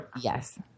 Yes